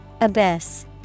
Abyss